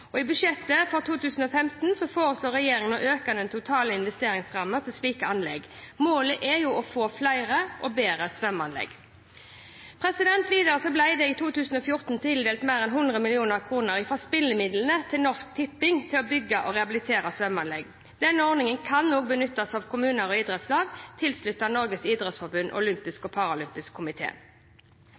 I budsjettet for 2015 foreslår regjeringen å øke den totale investeringsrammen til slike anlegg. Målet er å få flere og bedre svømmeanlegg. Videre ble det i 2014 tildelt mer enn 100 mill. kr fra spillemidlene til Norsk Tipping til å bygge og rehabilitere svømmeanlegg. Denne ordningen kan også benyttes av kommuner og idrettslag tilsluttet Norges idrettsforbund og olympiske og